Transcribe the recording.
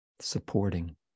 supporting